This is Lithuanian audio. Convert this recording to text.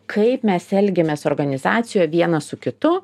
kaip mes elgėmės organizacijoj vienas su kitu